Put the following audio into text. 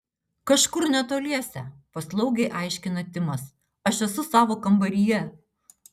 kažkur netoliese paslaugiai aiškina timas aš esu savo kambaryje